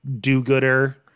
do-gooder